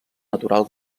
natural